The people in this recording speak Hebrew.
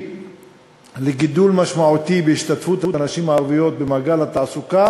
לגידול משמעותי בהשתתפות הנשים הערביות במעגל התעסוקה